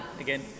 again